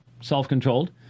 self-controlled